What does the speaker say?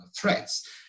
threats